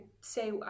say